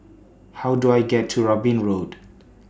How Do I get to Robin Road